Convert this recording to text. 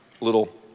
little